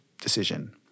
decision